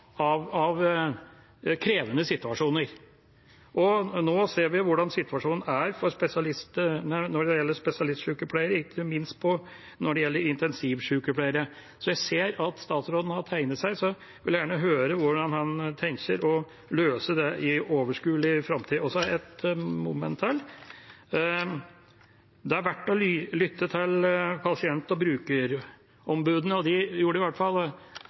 krevende situasjoner. Nå ser vi hvordan situasjonen er når det gjelder spesialistsykepleiere, ikke minst når det gjelder intensivsykepleiere. Jeg ser at statsråden har tegnet seg, og jeg vil gjerne høre hvordan han tenker å løse dette i overskuelig framtid. Et moment til: Det er verdt å lytte til pasient- og brukerombudene. De gjorde i hvert fall